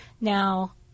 Now